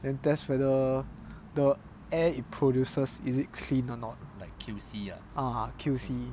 then test whether the air it produces is it clean or not uh Q_C